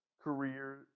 career